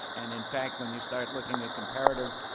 and in fact, when you start looking at comparative